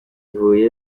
huye